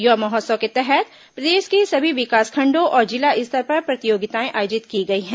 युवा महोत्सव के तहत प्रदेश के सभी विकासखंडों और जिला स्तर पर प्रतियोगिताएं आयोजित की गई हैं